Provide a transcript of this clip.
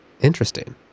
Interesting